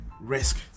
risk